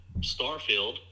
Starfield